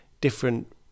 different